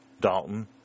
Dalton